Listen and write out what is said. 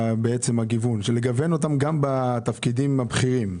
כלומר לגוון אותם גם בתפקידים הבכירים.